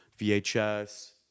VHS